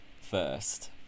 first